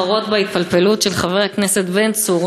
קשה להתחרות בהתפלפלות של חבר הכנסת בן צור,